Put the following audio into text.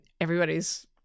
everybody's